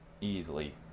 easily